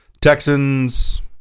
Texans